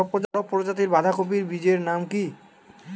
বড় প্রজাতীর বাঁধাকপির বীজের নাম কি?